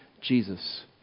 Jesus